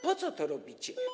Po co to robicie?